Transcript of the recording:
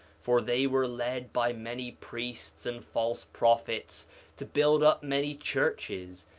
for they were led by many priests and false prophets to build up many churches,